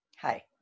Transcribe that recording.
Hi